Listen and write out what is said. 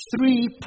three